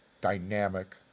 dynamic